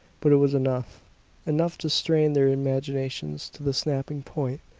but it was enough enough to strain their imaginations to the snapping point,